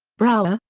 brower,